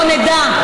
שלא נדע,